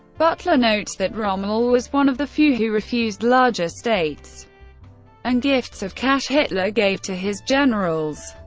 butler notes that rommel was one of the few who refused large estates and gifts of cash hitler gave to his generals.